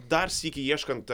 dar sykį ieškant